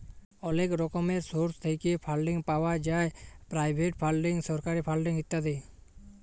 অলেক রকমের সোর্স থ্যাইকে ফাল্ডিং পাউয়া যায় পেরাইভেট ফাল্ডিং, সরকারি ফাল্ডিং ইত্যাদি